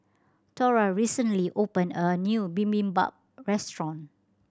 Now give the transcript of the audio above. Thora recently opened a new Bibimbap Restaurant